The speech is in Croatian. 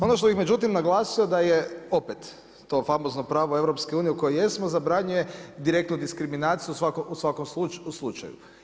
Ono što bi međutim, naglasio da je opet, to famozno pravo EU, u kojem jesmo, zabranjuje direktnu diskriminaciju u svakom slučaju.